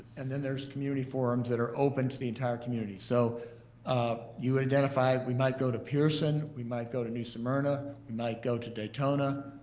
and then there's community forums that are open to the entire community. so ah you would identify, we might go to pearson, we might go to new smyrna, we might go to daytona,